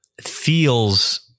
feels